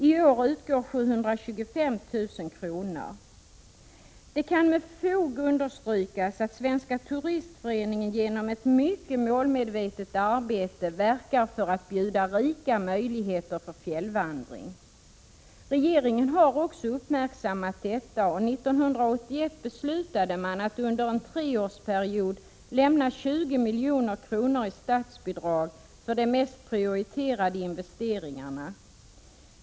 I år utgår 725 000 kr. Det kan med fog understrykas att Svenska turistföreningen genom ett mycket målmedvetet arbete verkar för att bjuda rika möjligheter för fjällvandring. Regeringen har också uppmärksammat detta, och 1981 beslutade man att under en treårsperiod lämna 20 milj.kr. i statsbidrag för de mest prioriterade investeringarna.